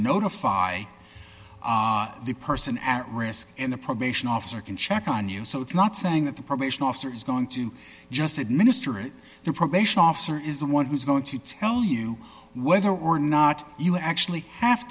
notify the person at risk and the probation officer can check on you so it's not saying that the probation officer is going to just administer it the probation officer is the one who's going to tell you whether or not you actually have